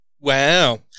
Wow